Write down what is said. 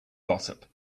gossip